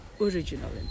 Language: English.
original